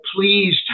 please